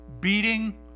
beating